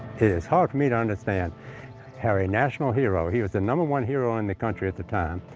it's hard for me to understand how a national hero, he was the number one hero in the country at the time,